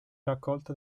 raccolta